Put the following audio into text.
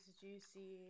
juicy